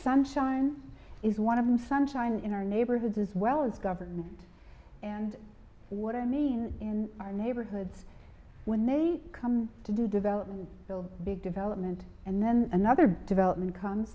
sunshine is one of the sunshine in our neighborhoods as well as government and what i mean in our neighborhoods when they come to do development the big development and then another development com